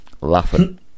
laughing